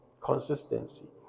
Consistency